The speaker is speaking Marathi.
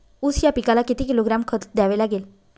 ऊस या पिकाला किती किलोग्रॅम खत द्यावे लागेल?